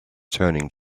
turning